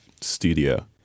Studio